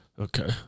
Okay